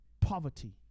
poverty